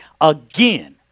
again